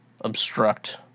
obstruct